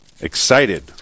Excited